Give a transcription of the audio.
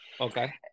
Okay